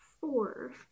Four